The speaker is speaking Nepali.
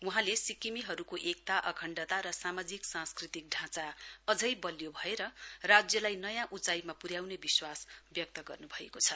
वहाँले सिक्किमेहरूको एकता अखण्डता र सामाजिक सांस्कृतिक ढाँचा अझै बलियो भएर राज्यलाई नयाँ उचाईमा पुर्याउने विश्वास व्यक्त गर्न्भएको छ